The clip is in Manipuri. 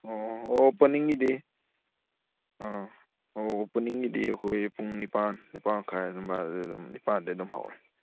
ꯑꯣ ꯑꯣꯄꯅꯤꯡꯒꯤꯗꯤ ꯑꯥ ꯑꯣ ꯑꯣꯄꯅꯤꯡꯒꯤꯗꯤ ꯑꯩꯈꯣꯏ ꯄꯨꯡ ꯅꯤꯄꯥꯟ ꯅꯤꯄꯥꯟꯃꯈꯥꯏ ꯑꯗꯨꯃꯥꯏꯅ ꯑꯗꯩ ꯑꯗꯨꯝ ꯅꯤꯄꯥꯟꯗꯩ ꯑꯗꯨꯝ ꯍꯧꯔꯦ